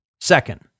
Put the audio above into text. Second